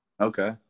Okay